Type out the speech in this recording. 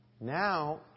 now